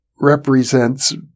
represents